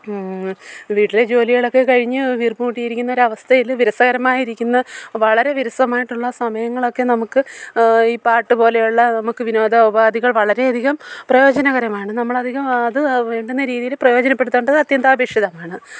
വീട്ടിലെ ജോലികളൊക്കെ കഴിഞ്ഞ് വീർപ്പുമുട്ടിയിരിക്കുന്ന ഒരവസ്ഥയിൽ വിരസകരമായിരിക്കുന്ന വളരെ വിരസമായിട്ടുള്ള സമയങ്ങളൊക്കെ നമുക്ക് ഈ പാട്ട് പോലെയുള്ള നമുക്ക് വിനോദ ഉപാധികൾ വളരെയധികം പ്രയോജനകരമാണ് നമ്മളധികം അതു വേണ്ടുന്ന രീതിയിൽ പ്രയോജനപ്പെടുത്തേണ്ടത് അത്യന്താപേക്ഷിതമാണ്